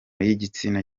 y’igitsina